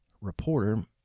reporter